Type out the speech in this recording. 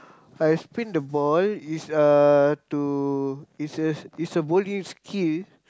I spin the ball is uh to is a is a bowling skill